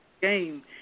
game